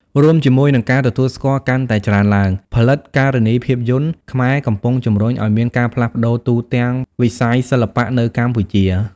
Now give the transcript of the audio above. រួមជាមួយនឹងការទទួលស្គាល់កាន់តែច្រើនឡើង ផលិតការនីភាពយន្តខ្មែរកំពុងជំរុញឱ្យមានការផ្លាស់ប្តូរទូទាំងវិស័យសិល្បៈនៅកម្ពុជា។